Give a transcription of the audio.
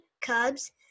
Cubs